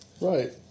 Right